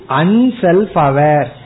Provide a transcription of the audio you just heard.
unself-aware